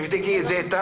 אז תבדקי את זה איתם,